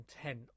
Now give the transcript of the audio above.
intent